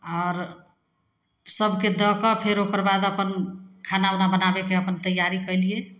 आओर सभके दऽ कऽ फेर ओकर बाद अपन खाना उना बनाबैके अपन तैआरी केलिए